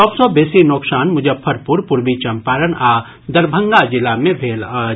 सभ सँ बेसी नोकसान मुजफ्फपुर पूर्वी चंपारण आ दरभंगा जिला मे भेल अछि